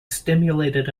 stimulated